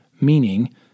meaning